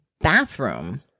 bathroom